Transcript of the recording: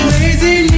Lazy